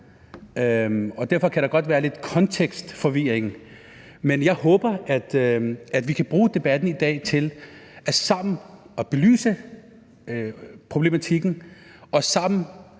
derfor kan der godt være lidt kontekstforvirring, men jeg håber, at vi kan bruge debatten i dag til sammen at belyse problematikken og sammen